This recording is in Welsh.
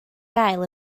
cael